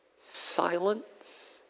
Silence